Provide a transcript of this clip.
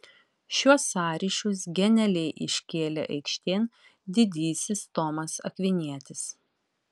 šiuos sąryšius genialiai iškėlė aikštėn didysis tomas akvinietis